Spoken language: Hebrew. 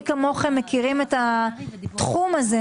מי כמוכם מכירים את התחום הזה,